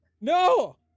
No